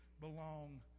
belong